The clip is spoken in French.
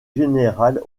général